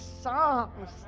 songs